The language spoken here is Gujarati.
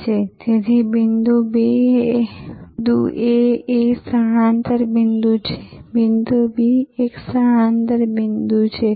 પરંતુ વાસ્તવમાં આ ભારતના એક એરપોર્ટનુ આંતરિક દૃશ્ય